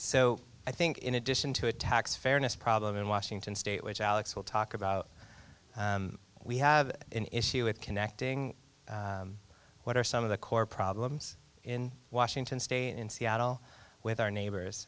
so i think in addition to a tax fairness problem in washington state which alex will talk about we have an issue with connecting what are some of the core problems in washington state in seattle with our neighbors